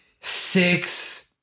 six